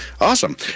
Awesome